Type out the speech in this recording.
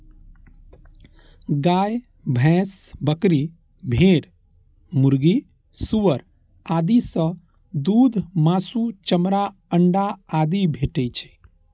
गाय, भैंस, बकरी, भेड़, मुर्गी, सुअर आदि सं दूध, मासु, चमड़ा, अंडा आदि भेटै छै